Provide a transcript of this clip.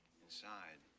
inside